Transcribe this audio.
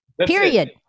period